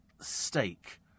steak